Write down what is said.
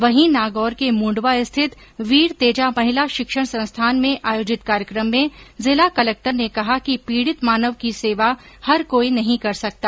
वहीं नागौर के मूण्डवा स्थित वीर तेजा महिला शिक्षण संस्थान में आयोजित कार्यक्रम में जिल कलेक्टर ने कहा कि पीड़ित मानव की सेवा हर कोई नहीं कर सकता